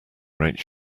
rate